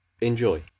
enjoy